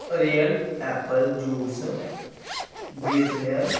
real apple juice ਬਿਰਜਨਿਰ